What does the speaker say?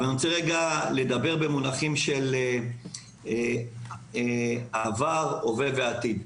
אני רוצה לדבר במונחים של עבר, הווה ועתיד.